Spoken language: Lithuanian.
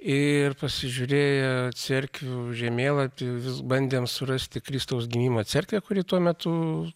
ir pasižiūrėję cerkvių žemėlapį vis bandėm surasti kristaus gimimo cerkvę kuri tuo metu